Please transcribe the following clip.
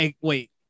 Wait